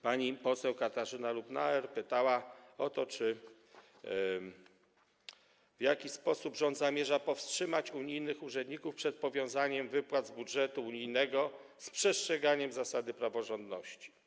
Pani poseł Katarzyna Lubnauer pytała o to, w jaki sposób rząd zamierza powstrzymać unijnych urzędników przed powiązaniem wypłat z budżetu unijnego z przestrzeganiem zasady praworządności.